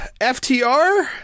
FTR